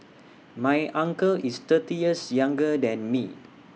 my uncle is thirty years younger than me